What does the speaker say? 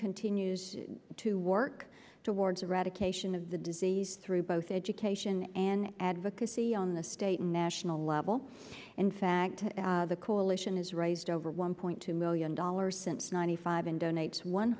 continues to work towards eradication of the disease through both education and advocacy on the state and national level in fact the coalition has raised over one point two million dollars since ninety five and donates one